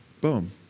boom